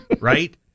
right